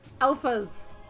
alphas